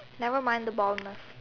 never mind the baldness